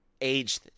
age